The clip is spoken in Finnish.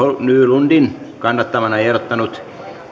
nylundin kannattamana ehdottanut